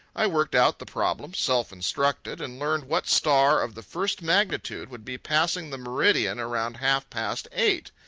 i worked out the problem, self-instructed, and learned what star of the first magnitude would be passing the meridian around half-past eight.